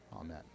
Amen